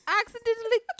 accidentally